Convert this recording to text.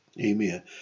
Amen